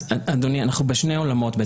אדוני, אנחנו בשני עולמות.